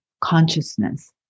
consciousness